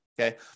Okay